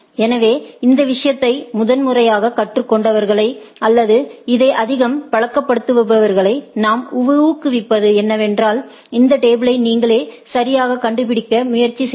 எனவே இந்த விஷயத்தை முதன்முறையாகக் கற்றுக் கொண்டவர்களை அல்லது இதை அதிகம் பழக்கப்படுத்தாதவர்களை நாம் ஊக்குவிப்பது என்னவென்றால் இந்த டேபிளை நீங்களே சரியாகக் கண்டுபிடிக்க முயற்சி செய்யுங்கள்